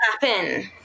happen